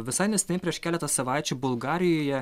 visai neseniai prieš keletą savaičių bulgarijoje